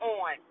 on